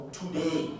today